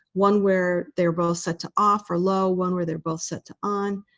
one where they're both set to off or low, one where they're both set to on,